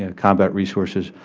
and combat resources,